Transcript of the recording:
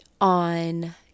on